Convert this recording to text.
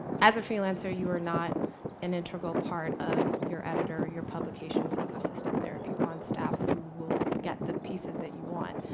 as a freelancer, you are not an integral part of your editor or your publications ecosystem. there are people on staff who will get the pieces that you want.